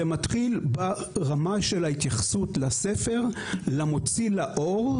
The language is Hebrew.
זה מתחיל ברמה של ההתייחסות לספר למוציא לאור,